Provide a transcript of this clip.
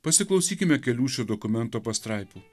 pasiklausykime kelių šių dokumento pastraipų